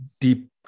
deep